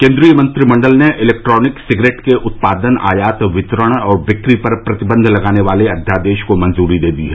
केंद्रीय मंत्रिमंडल ने इलेक्ट्रॉनिक सिगरेट के उत्पादन आयात वितरण और बिक्री पर प्रतिबंध लगाने वाले अव्यादेश को मंजूरी दे दी है